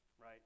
right